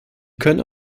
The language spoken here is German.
können